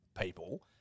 people